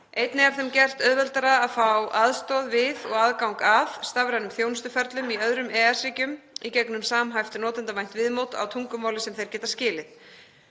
Einnig er þeim gert auðveldara að fá aðstoð við og aðgang að stafrænum þjónustuferlum í öðrum EES-ríkjum í gegnum samhæft notendavænt viðmót á tungumáli sem þeir geta skilið.